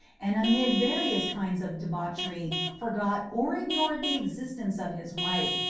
and amid various kinds of debauchery forgot or ignored the existence of his wife,